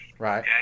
Right